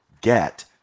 get